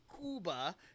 cuba